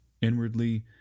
inwardly